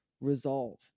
resolve